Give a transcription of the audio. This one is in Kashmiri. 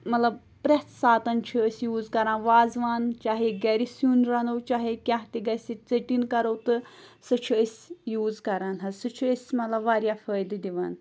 مطلب پرٛٮ۪تھ ساتَن چھِ أسۍ یوٗز کَران وازوان چاہے گَرِ سیُن رَنو چاہے کیٛاہ تہِ گژھِ ژیٚٹِنۍ کَرو تہٕ سُہ چھِ أسۍ یوٗز کَران حظ سُہ چھِ أسۍ مطلب واریاہ فٲیدٕ دِوان